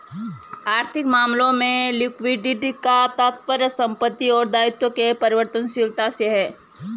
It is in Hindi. आर्थिक मामलों में लिक्विडिटी का तात्पर्य संपत्ति और दायित्व के परिवर्तनशीलता से है